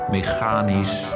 Mechanisch